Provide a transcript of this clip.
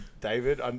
David